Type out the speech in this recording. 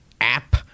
app